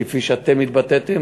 כפי שאתם התבטאתם,